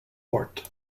port